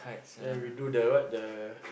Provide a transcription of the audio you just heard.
then we do the what the